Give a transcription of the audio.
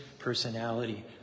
personality